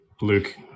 Luke